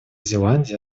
зеландии